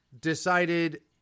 decided